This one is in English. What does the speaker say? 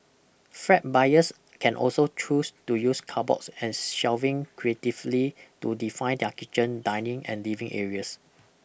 flat buyers can also choose to use cupboards and shelving creatively to define their kitchen dining and living areas